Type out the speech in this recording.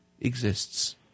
exists